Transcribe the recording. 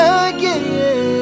again